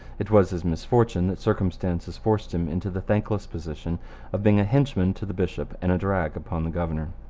it was his misfortune that circumstances forced him into the thankless position of being a henchman to the bishop and a drag upon the governor.